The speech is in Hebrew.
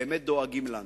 באמת דואגים לנו.